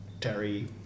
Terry